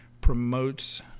promotes